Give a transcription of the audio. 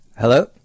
Hello